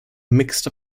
mixed